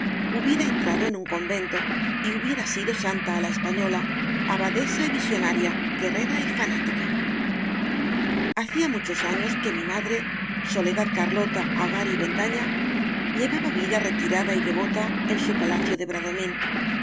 hubiera entrado en un convento y hubiera sido santa á la española abadesa y visionaria guerrera y fanática hacía muchos años que mi madresole dad carlota agar y bendañallevaba vida retirada y devota en su palacio de